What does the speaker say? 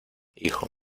hijo